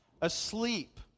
asleep